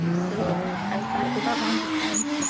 so i was glad for that long weekend.